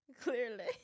Clearly